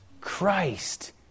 Christ